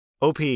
OP